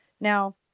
Now